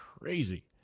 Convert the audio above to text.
crazy